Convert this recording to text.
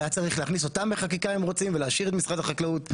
היה צריך להכניס אותם בחקיקה אם רוצים ולהשאיר את משרד החקלאות.